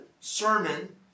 sermon